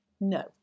No